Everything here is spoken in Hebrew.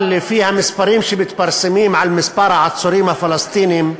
אבל לפי המספרים שמתפרסמים על מספר העצורים הפלסטינים,